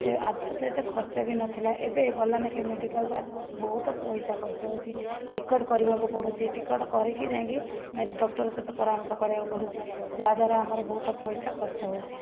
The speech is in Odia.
ଏ ଆଗରୁ ତ ଏତେ ଖର୍ଚ୍ଚ ବି ନଥିଲା ଏବେ ଗଲା ନାଖେ ମେଡ଼ିକାଲରେ ବହୁତ ପଇସା ଖର୍ଚ୍ଚ ହେଉଛି ଟିକେଟ୍ କରିବାକୁ ପଡ଼ୁଛି ଟିକେଟ୍ କରିକି ଯାଇକି ଡକ୍ଟର ସହିତ ପରାମର୍ଶ କରିବାକୁ ପଡ଼ୁଛି ଯାହାଦ୍ଵାରା ଆମର ବହୁତ ପଇସା ଖର୍ଚ୍ଚ ହେଉଛି